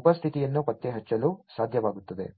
ಉಪಸ್ಥಿತಿಯನ್ನು ಪತ್ತೆಹಚ್ಚಲು ಸಾಧ್ಯವಾಗುತ್ತದೆ